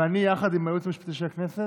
אתה יודע, בינך לבין עצמך אתה